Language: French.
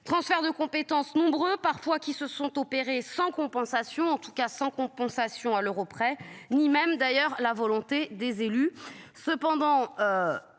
Transfert de compétences nombre, parfois qui se sont opérés sans compensation. En tout cas sans compensation à l'euro près ni même d'ailleurs la volonté des élus